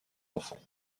enfants